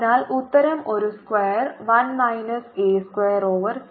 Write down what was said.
അതിനാൽ ഉത്തരം ഒരു square 1 minus a square over 3